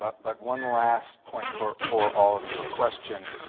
but, one last point for for all of you. a question,